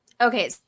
Okay